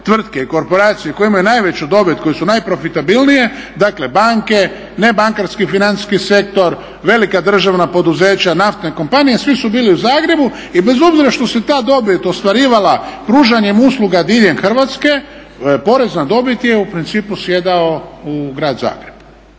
tvrtke i korporacije koje imaju najveću dobit, koje su najprofitabilnije dakle banke, nebankarski financijski sektor, velika državna poduzeća, naftne kompanije, svi su bili u Zagrebu i bez obzira što se ta dobit ostvarivala pružanjem usluga diljem Hrvatske porez na dobit je u principu sjedao u grad Zagreb.